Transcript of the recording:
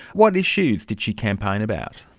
what issues did she campaign about?